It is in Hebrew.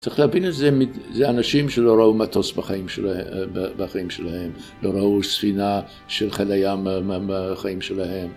צריך להבין את זה, זה אנשים שלא ראו מטוס בחיים שלהם, לא ראו ספינה של חיל הים בחיים שלהם.